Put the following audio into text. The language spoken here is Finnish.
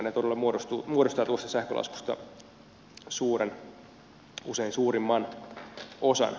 ne todella muodostavat tuosta sähkölaskusta suuren usein suurimman osan